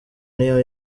niyo